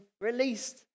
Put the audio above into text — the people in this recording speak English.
released